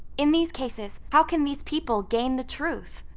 in these cases, how can these people gain the truth?